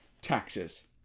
Taxes